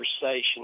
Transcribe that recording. conversation